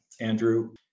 Andrew